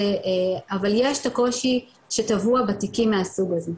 אבל יש את הקושי שטבוע בתיקים מהסוג הזה,